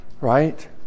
right